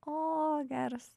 o geras